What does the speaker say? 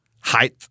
height